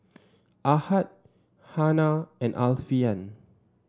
Ahad Hana and Alfian